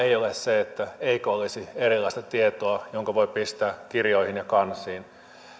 ei ole se että ei olisi erilaista tietoa jonka voi pistää kirjoihin ja kansiin